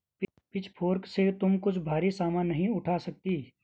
pitchfork से तुम कुछ भारी सामान नहीं उठा सकती